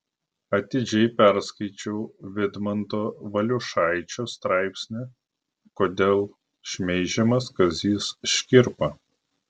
atidžiai perskaičiau vidmanto valiušaičio straipsnį kodėl šmeižiamas kazys škirpa